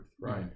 right